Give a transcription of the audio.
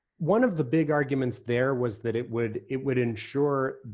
one of the big arguments there was that it would it would ensure,